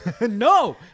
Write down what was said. No